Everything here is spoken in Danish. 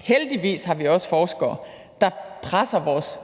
Heldigvis har vi også forskere, der presser vores